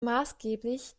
maßgeblich